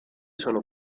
sono